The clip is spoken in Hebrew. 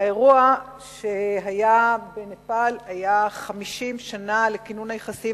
האירוע בנפאל היה לציון 50 שנה לכינון היחסים